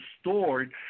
stored